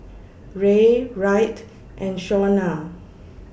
Ray Wright and Shaunna